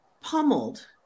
pummeled